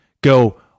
go